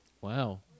Wow